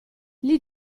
gli